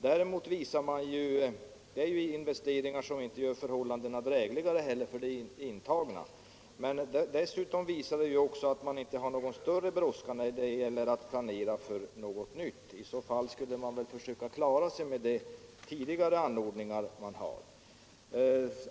Det är ju investeringar som inte gör förhållandena drägligare för de intagna. Dessutom visar det att man inte har någon större brådska när det gäller att planera för något nytt. I annat fall skulle man väl ha försökt att klara sig med de anordningar som redan finns.